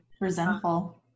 resentful